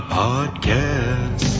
podcast